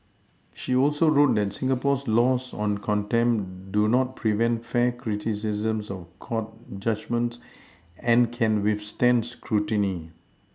she also wrote that Singapore's laws on contempt do not prevent fair criticisms of court judgements and can withstand scrutiny